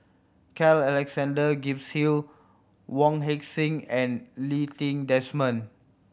Carl Alexander Gibson Hill Wong Heck Sing and Lee Ti Desmond